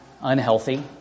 unhealthy